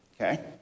Okay